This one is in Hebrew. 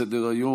נמנעים.